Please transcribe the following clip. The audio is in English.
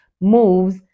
moves